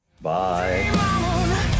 bye